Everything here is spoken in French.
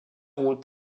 ont